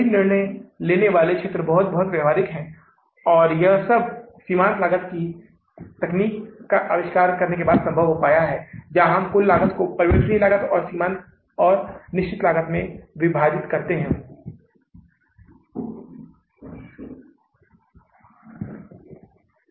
तो यह बजटीय आय विवरण है बजटीय आय विवरण में दो घटक होते हैं ऊपरी भाग को ट्रेडिंग अकाउंट के रूप में जाना जाता है निचले हिस्से को लाभ और हानि खाते के रूप में जाना जाता है इसमें इस तरह के कॉलम होते हैं यह विवरण है यह है राशि फिर से यह विवरण है और यह राशि है इस कॉलम को हम डेबिट कॉलम DR कहते हैं